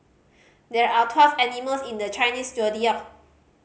there are twelve animals in the Chinese Zodiac